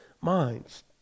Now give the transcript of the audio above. minds